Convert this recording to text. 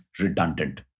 redundant